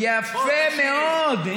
יפה מאוד.